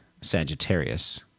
Sagittarius